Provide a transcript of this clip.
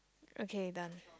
okay done